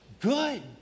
good